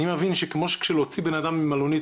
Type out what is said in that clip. אני מבין שכמו שלהוציא אדם ממלונית,